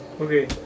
Okay